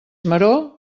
maror